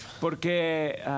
Porque